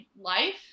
life